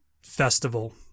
Festival